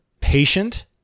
patient